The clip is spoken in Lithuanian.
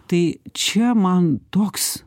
tai čia man toks